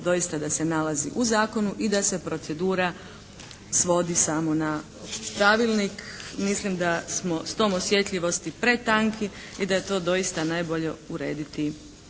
doista da se nalazi u zakonu i da se procedura svodi samo na pravilnik. Mislim da smo s tom osjetljivosti pretanki i da je to doista najbolje urediti